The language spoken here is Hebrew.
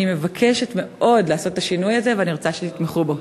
אני מבקשת מאוד לעשות את השינוי הזה ואני רוצה שתתמכו בו.